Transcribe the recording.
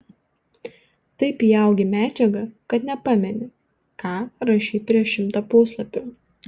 taip įaugi į medžiagą kad nepameni ką rašei prieš šimtą puslapių